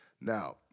Now-